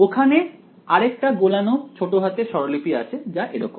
ওখানে আরেকটা গোলানো ছোট হাতের স্বরলিপি আছে যা এরকম